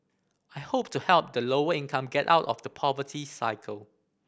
I hope to help the lower income get out of the poverty cycle